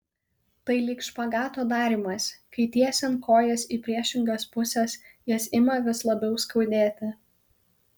tai lyg špagato darymas kai tiesiant kojas į priešingas puses jas ima vis labiau skaudėti